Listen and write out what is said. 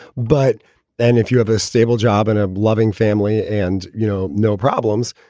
but then if you have a stable job and a loving family and you know, no problems,